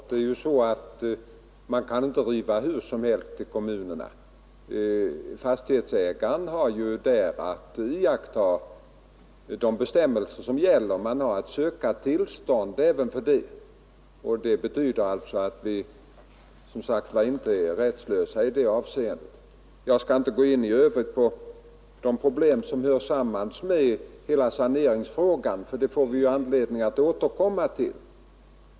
Herr talman! Man kan ju inte riva hur som helst ute i kommunerna. Fastighetsägaren har att iaktta de bestämmelser som gäller och måste i allmänhet också söka tillstånd för rivning. Det betyder, som sagt var, att vi inte är rättslösa i detta avseende. Jag skall inte i övrigt gå in på de problem som hör samman med hela saneringsfrågan, för dem får vi anledning att återkomma till.